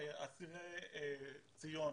שאסירי ציון